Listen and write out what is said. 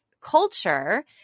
culture